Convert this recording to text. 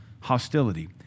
hostility